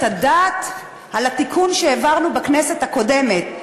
הדעת על התיקון שהעברנו בכנסת הקודמת,